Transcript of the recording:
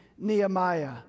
Nehemiah